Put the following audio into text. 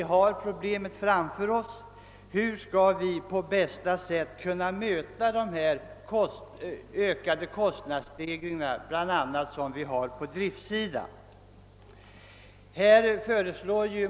Det problem som möter gäller emellertid hur man på bästa sätt skall kunna möta de kostmadsstegringar som uppstår bl.a. på driftsidan.